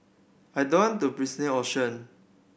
I don't to option